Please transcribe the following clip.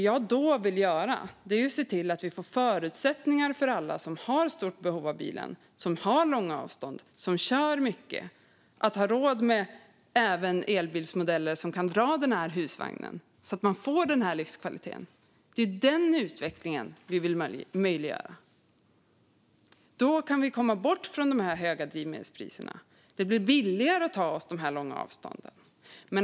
Jag vill se till att alla som har stort behov av bil, har långa avstånd och kör mycket får förutsättningar att ha råd med elbilsmodeller som kan dra en husvagn så att man får den där livskvaliteten. Det är ju den utvecklingen Miljöpartiet vill möjliggöra. Då kan man komma bort från de höga drivmedelspriserna, och då blir det billigare att ta sig fram över långa avstånd.